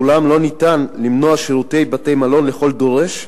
ואולם לא ניתן למנוע שירותי בתי-מלון לכל דורש,